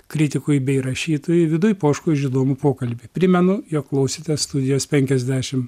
kritikui bei rašytojui vidui poškui už įdomų pokalbį primenu jog klausėtės studijos penkiasdešim